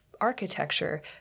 architecture